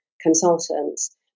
consultants